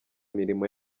imirimo